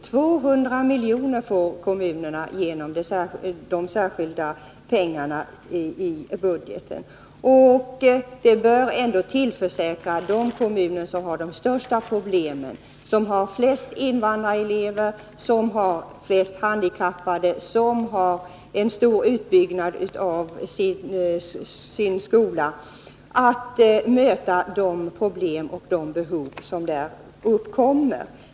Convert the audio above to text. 200 miljoner får kommunerna genom de särskilda pengarna i budgeten, och det bör tillförsäkra de kommuner som har de största problemen — de som har flest invandrarelever, som har flest handikappade, som har en stor utbyggnad av sin skola — möjlighet att möta de problem och de behov som där uppkommer.